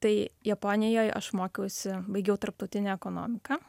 tai japonijoj aš mokiausi baigiau tarptautinę ekonomiką